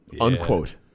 Unquote